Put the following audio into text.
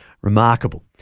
Remarkable